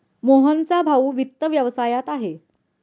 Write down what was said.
मोहनचा भाऊ वित्त व्यवसायात आहे